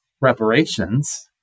reparations